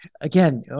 again